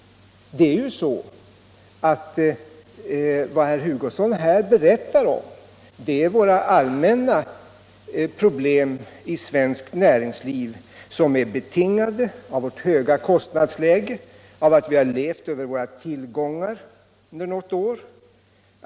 Vad herr Hugosson berättar om är allmänna problem i svenskt näringsliv som är betingade av vårt höga kostnadsläge och av att vi har levt över våra tillgångar under något år.